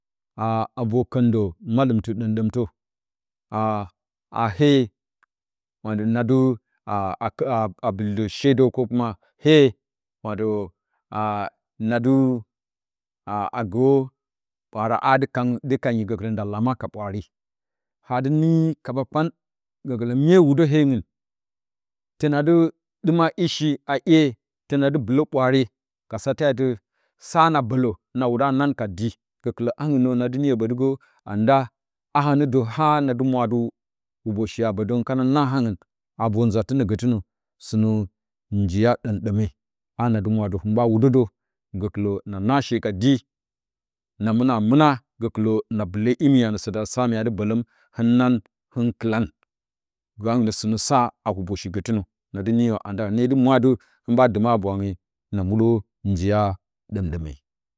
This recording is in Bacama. Aa vor kəndə malɨmtɨ ɗomɗomtə aahye aaa bɨldə she də hungdu aa gə bwaara a dɨ kandɨ kangyi gəkɨlə nda lama ka buraare hadɨ ninar kaba kpan gələ mye wude he ur tonodɨ ɗima ishi a iye tonadɨ bɨlə bwaare ka sateadɨ sana bolə na wuda nan ka dɨɨ səkɨlə anungnna na dɨ niyə botɨgə anda ahanə də ha nadɨ mwadɨ huboshi a bodə hin kana aa haunan a ror nzatɨnnə gətɨnə njiya dom dome ha na dɨ mwa dɨ huuɓawudətə gəkuə na nashe va dii na muna muna gəkɨlə na bɨlə imi anə sata sa mya dɨ mbələm hin nan hin kilan gəanguə sɨnə sa a huboshi gə tɨnə nadɨniyə anda hɨnedɨmwadɨ hinɓa ndumə ha bwanghe na modə njiya domdome.